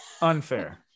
Unfair